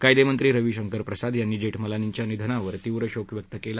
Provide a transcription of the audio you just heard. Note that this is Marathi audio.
कायदेमंत्री रवी शंकर प्रसाद यांनी जेठमलानींच्या निधनावर तीव्र शोक व्यक्त केला